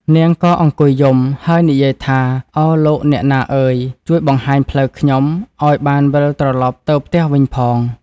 នាងក៏អង្គុយយំ ហើយនិយាយថា ឱលោកអ្នកណាអើយ ជួយបង្ហាញផ្លូវខ្ញុំ ឱ្យបានវិលត្រឡប់ទៅផ្ទះវិញផង ។